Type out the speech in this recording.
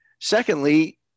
Secondly